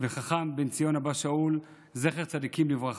וחכם בן ציון אבא שאול, זכר צדיקים לברכה,